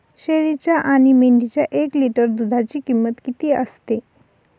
शेळीच्या आणि मेंढीच्या एक लिटर दूधाची किंमत किती असते?